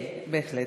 כן, בהחלט.